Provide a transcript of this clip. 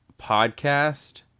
podcast